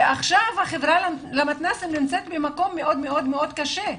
ועכשיו החברה למתנ"סים נמצאת במקום מאוד מאוד קשה.